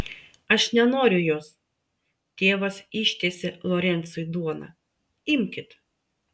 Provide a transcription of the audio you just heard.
aš nenoriu jos tėvas ištiesė lorencui duoną imkit